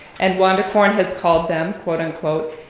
and wanda corn has called them quote unquote,